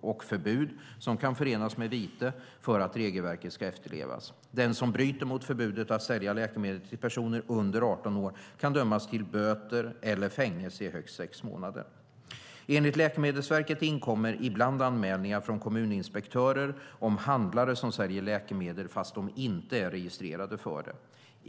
och förbud, som kan förenas med vite, för att regelverket ska efterlevas. Den som bryter mot förbudet mot att sälja läkemedel till personer under 18 år kan dömas till böter eller fängelse i högst sex månader. Enligt Läkemedelsverket inkommer ibland anmälningar från kommuninspektörer om handlare som säljer läkemedel fast de inte är registrerade för det.